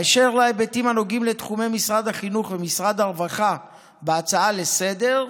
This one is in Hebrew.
אשר להיבטים הנוגעים לתחומי משרד החינוך ומשרד הרווחה בהצעה לסדר-היום,